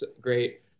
Great